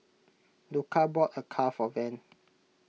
Luka bought Acar for Van